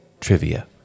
trivia